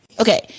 okay